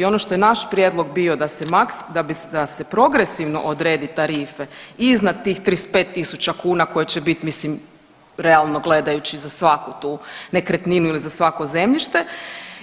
I ono što je naš prijedlog bio da se progresivno odrede tarife iznad tih 35.000 kuna koje će biti mislim realno gledajući za svaku tu nekretninu ili za svako zemljište